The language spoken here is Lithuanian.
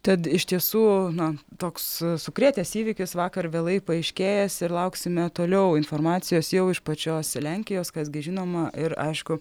tad iš tiesų na toks sukrėtęs įvykis vakar vėlai paaiškėjęs ir lauksime toliau informacijos jau iš pačios lenkijos kas gi žinoma ir aišku